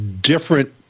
different